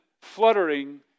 fluttering